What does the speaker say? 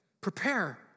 Prepare